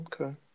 Okay